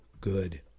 good